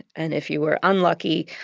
and if you were unlucky,